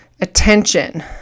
attention